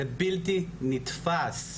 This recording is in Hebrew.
זה בלתי נתפס.